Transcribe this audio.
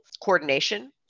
coordination